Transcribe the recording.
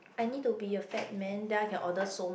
I need to be a fat man then I can order so much